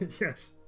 yes